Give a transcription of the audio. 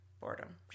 boredom